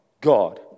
God